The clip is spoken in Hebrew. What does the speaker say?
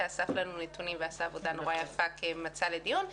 שאסף לנו נתונים ועשה עבודה יפה מאוד כמצע לדיון,